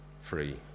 free